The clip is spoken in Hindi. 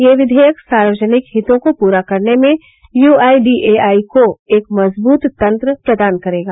यह विवेयक सार्वजनिक हितों को पूरा करने में यूआईडीएआई को एक मजबूत तंत्र प्रदान करेगा